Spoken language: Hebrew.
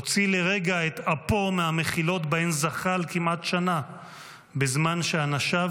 הוציא לרגע את אפו מהמחילות שבהן זחל כמעט שנה בזמן שאנשיו